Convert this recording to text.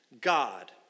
God